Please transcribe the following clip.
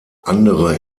andere